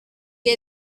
que